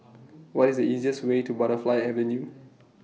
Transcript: What IS The easiest Way to Butterfly Avenue